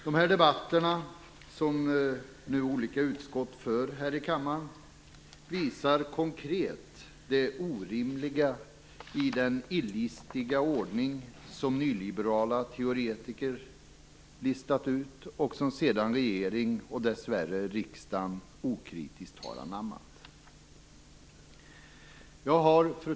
De debatter som olika utskott för här i kammaren visar konkret det orimliga i den illistiga ordning som nyliberala teoretiker listat ut och som sedan regeringen och dessvärre riksdagen okritiskt har anammat. Fru talman!